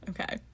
okay